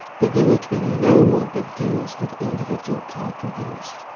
but there were to be no more big deals with individual car companies.